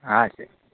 હા સાહેબ